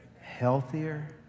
healthier